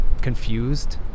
confused